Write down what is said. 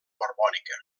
borbònica